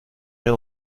rien